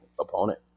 opponent